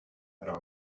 però